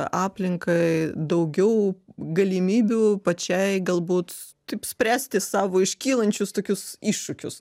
aplinkai daugiau galimybių pačiai galbūt taip spręsti savo iškylančius tokius iššūkius